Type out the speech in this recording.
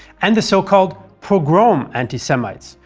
and the so called pogrom anti-semites,